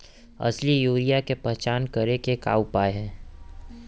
असली यूरिया के पहचान करे के का उपाय हे?